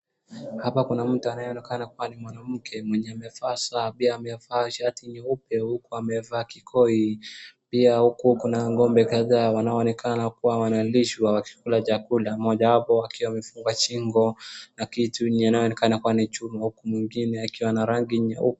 Hapa kuna mtu anayeonekana kuwa ni mwanamke mwenye amevaa saa pia amevaa shati nyeupe huku amevaa kikoi. Pia huku kuna ng'ombe kadhaa wanaoonekana kuwa wanalishwa wakikula chakula, mmoja wao akiwa amefungwa shingo na kitu inayoonekana kuwa ni chuma huku mwingine akiwa na rangi nyeupe.